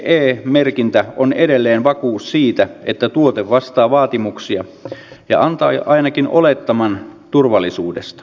ce merkintä on edelleen vakuus siitä että tuote vastaa vaatimuksia ja antaa ainakin olettaman turvallisuudesta